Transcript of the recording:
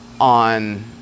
on